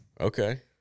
Okay